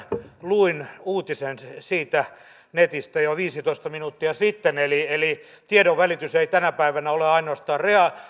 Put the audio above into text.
luin uutisen netistä jo viisitoista minuuttia sitten eli eli tiedonvälitys ei tänä päivänä ole ainoastaan